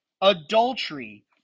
adultery